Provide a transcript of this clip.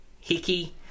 Hickey